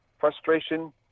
frustration